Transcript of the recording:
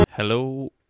Hello